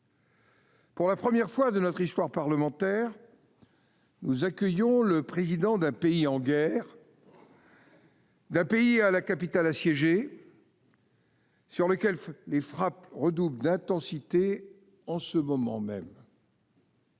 Pour la première fois de notre histoire parlementaire, nous accueillons le président d'un pays en guerre, d'un pays dont la capitale est assiégée, sur lequel les frappes redoublent d'intensité en ce moment même.